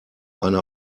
eine